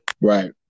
Right